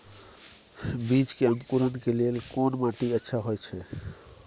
बीज के अंकुरण के लेल कोन माटी अच्छा होय छै?